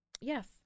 Yes